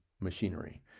machinery